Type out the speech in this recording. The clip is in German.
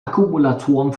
akkumulatoren